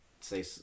say